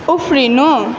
उफ्रिनु